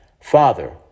Father